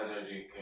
energy